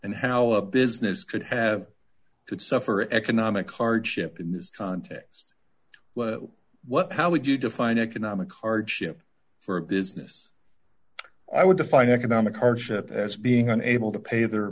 and how a business could have to suffer economic hardship in this context was what how would you define economic hardship for business i would define economic hardship as being unable to pay othe